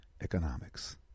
economics